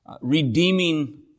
redeeming